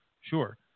Sure